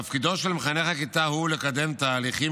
תפקידו של מחנך הכיתה הוא לקדם תהליכים